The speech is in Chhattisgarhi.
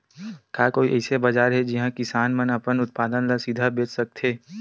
का कोई अइसे बाजार हे जिहां किसान मन अपन उत्पादन ला सीधा बेच सकथे?